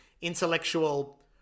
intellectual